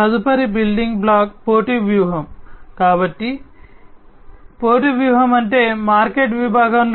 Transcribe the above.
తదుపరి building block పోటీ వ్యూహం మార్కెట్ విభాగం